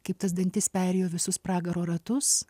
kaip tas dantis perėjo visus pragaro ratus